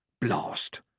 Blast